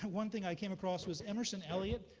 one thing i came across was emerson elliott,